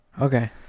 Okay